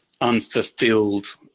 unfulfilled